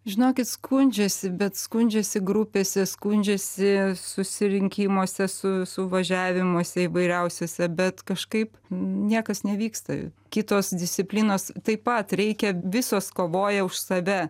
žinokit skundžiasi bet skundžiasi grupėse skundžiasi susirinkimuose su suvažiavimuose įvairiausiose bet kažkaip niekas nevyksta kitos disciplinos taip pat reikia visos kovoja už save